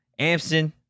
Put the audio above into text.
Amson